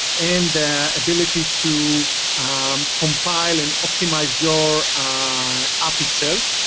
and the ability to um compile and optimize your app itself.